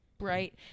Right